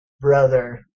brother